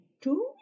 two